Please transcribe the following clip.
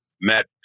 Matt